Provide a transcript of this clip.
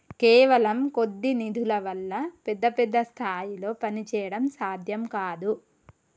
కేవలం కొద్ది నిధుల వల్ల పెద్ద పెద్ద స్థాయిల్లో పనిచేయడం సాధ్యం కాదు